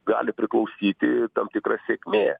gali priklausyti tam tikra sėkmė